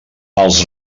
els